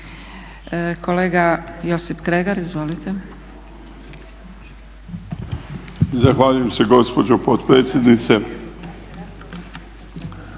**Kregar, Josip (Nezavisni)** Zahvaljujem se gospođo potpredsjednice.